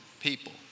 people